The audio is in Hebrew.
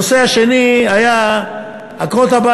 הנושא השני היה עקרות-הבית,